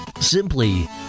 Simply